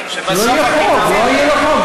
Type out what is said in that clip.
שבסוף הפתרון,